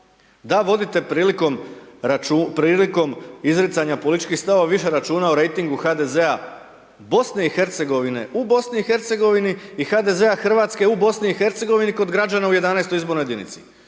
Da vodite prilikom izricanja političkih stavova više računa o rejtingu HDZ-a BiH u BiH i HDZ-a Hrvatske u BiH kog građana u 11. izbornoj jedinici.